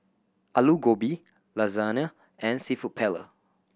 Alu Gobi Lasagna and Seafood Paella